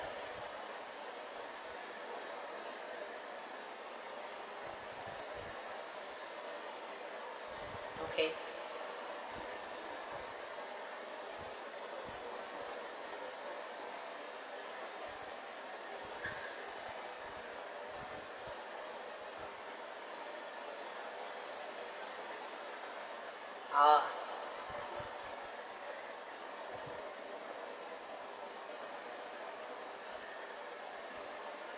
okay ah